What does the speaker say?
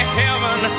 heaven